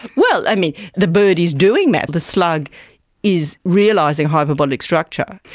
well, i mean, the bird is doing that, the slug is realising hyperbolic structure.